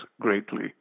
greatly